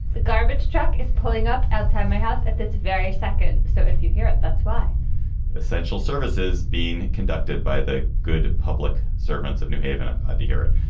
the garbage truck is pulling up outside my house at this very second so if you hear it, that's why essential services being conducted by the good public servants of new haven. i'm glad to hear it.